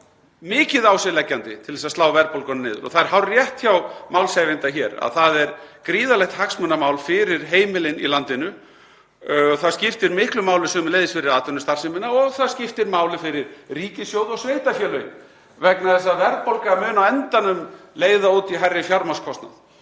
mikið á sig leggjandi til að slá verðbólguna niður. Það er hárrétt hjá málshefjanda hér að það er gríðarlegt hagsmunamál fyrir heimilin í landinu, það skiptir sömuleiðis miklu máli fyrir atvinnustarfsemina og það skiptir máli fyrir ríkissjóð og sveitarfélögin, vegna þess að verðbólga mun á endanum leiða út í hærri fjármagnskostnað.